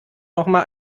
nochmal